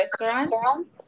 restaurant